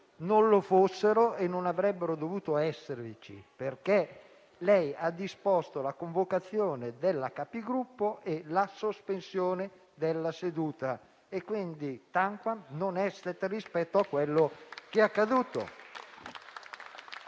non lo fossero e non avrebbero dovuto esserci, perché lei ha disposto la convocazione della Capigruppo e la sospensione della seduta e, quindi, *tamquam non esset* rispetto a quello che è accaduto.